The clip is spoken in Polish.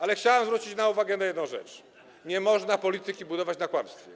Ale chciałbym zwrócić uwagę na jedną rzecz: nie można polityki budować na kłamstwie.